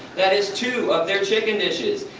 that is two of their chicken dishes!